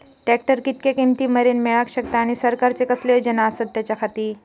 Tractor कितक्या किमती मरेन मेळाक शकता आनी सरकारचे कसले योजना आसत त्याच्याखाती?